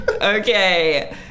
Okay